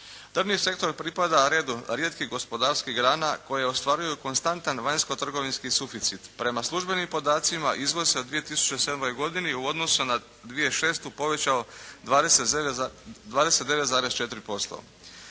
Drvni sektor pripada redu rijetkih gospodarskih grana koje ostvaruju konstantan vanjsko-trgovinski suficit. Prema službenim podacima, izvoz se u 2007. godini u odnosu na 2006. povećao 29,4%.